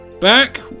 back